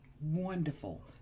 wonderful